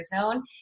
zone